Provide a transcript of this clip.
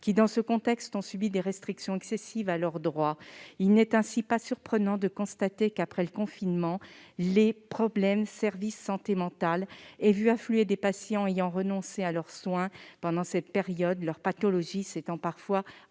qui, dans ce contexte, ont subi des restrictions excessives de leurs droits. Ainsi, il n'est pas surprenant de constater que, après le confinement, les services de santé mentale aient vu affluer des patients ayant renoncé à leurs soins pendant cette période, leur pathologie s'étant parfois aggravée.